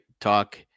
talk